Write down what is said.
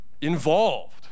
involved